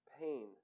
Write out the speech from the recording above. pain